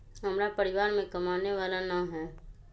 हमरा परिवार में कमाने वाला ना है?